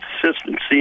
consistency